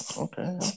Okay